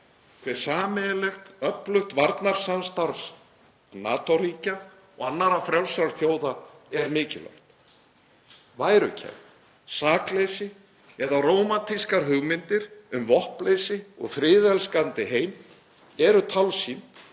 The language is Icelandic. á hve sameiginlegt öflugt varnarsamstarf NATO-ríkja og annarra frjálsra þjóða er mikilvægt. Værukærð, sakleysi eða rómantískar hugmyndir um vopnleysi og friðelskandi heim eru tálsýn